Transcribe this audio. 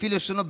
לפי לשונו,